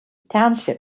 township